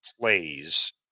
plays